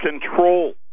control